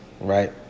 right